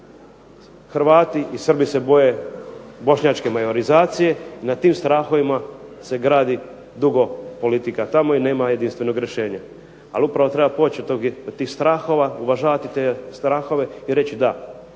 Hrvati i Srbi se boje bošnjačke majorizacije i na tim strahovima se gradi dugo politika tamo i nema jedinstvenog rješenja. Ali, upravo treba poći od tih strahova, uvažavati te strahove i reći da